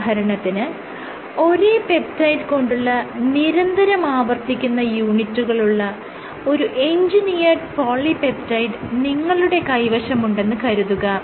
ഉദാഹരണത്തിന് ഒരേ പെപ്റ്റൈഡ് കൊണ്ടുള്ള നിരന്തരം ആവർത്തിക്കുന്ന യൂണിറ്റുകളുള്ള ഒരു എഞ്ചിനീയേർഡ് പോളിപെപ്റ്റൈഡ് നിങ്ങളുടെ കൈവശമുണ്ടെന്ന് കരുതുക